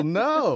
no